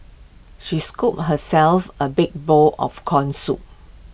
she scooped herself A big bowl of Corn Soup